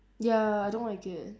ya I don't like it